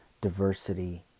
diversity